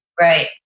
Right